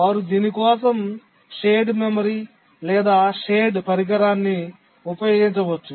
వారు దీని కోసం షేర్డ్ మెమరీ లేదా షేర్డ్ పరికరాన్ని ఉపయోగించవచ్చు